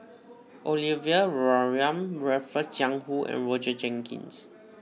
Olivia Mariamne Raffles Jiang Hu and Roger Jenkins